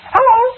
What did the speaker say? Hello